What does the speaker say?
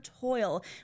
Toil